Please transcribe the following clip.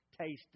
tasted